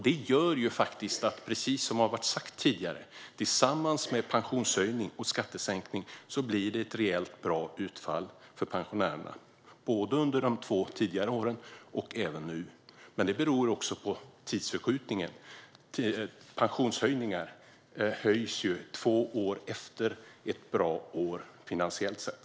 Den gör, precis som har sagts tidigare, att med pensionshöjning och skattesänkning tillsammans blir det ett reellt bra utfall för pensionärerna både under de två tidigare åren och nu. Men det beror också på tidsförskjutningen. Pensioner höjs ju två år efter ett bra år finansiellt sett.